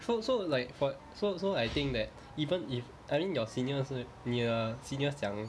so so like for so so like I think that even if I mean your senior 是你的 seniors 讲